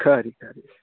खरी खरी